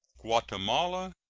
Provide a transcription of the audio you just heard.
guatemala,